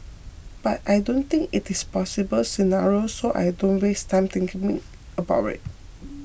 but I don't think it is possible scenario so I don't waste time thinking me about we